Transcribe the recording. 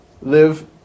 live